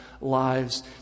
lives